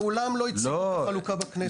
מעולם לא הציגו את החלוקה בכנסת.